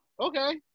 Okay